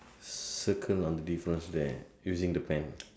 circle on the first there using the pen